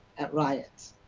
at riots.